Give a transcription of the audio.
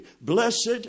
Blessed